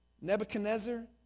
Nebuchadnezzar